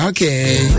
Okay